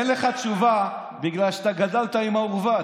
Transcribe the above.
אין לך תשובה בגלל שאתה גדלת עם האורווה,